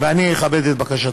ואני אכבד את בקשתו.